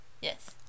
Yes